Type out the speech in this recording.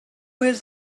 his